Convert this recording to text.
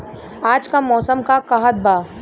आज क मौसम का कहत बा?